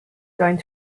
going